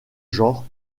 genre